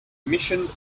mission